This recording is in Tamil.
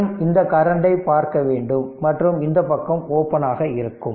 மேலும் இந்த கரண்டை பார்க்க வேண்டும் மற்றும் இந்த பக்கம் ஓபன் ஆக இருக்கும்